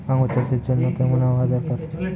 আঙ্গুর চাষের জন্য কেমন আবহাওয়া দরকার?